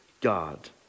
God